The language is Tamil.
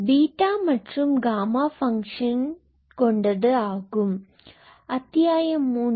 இது தான் அத்தியாயம் 3